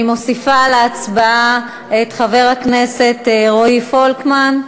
אני מוסיפה להצבעה את חבר הכנסת רועי פולקמן,